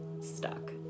stuck